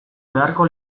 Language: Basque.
beharko